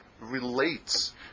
relates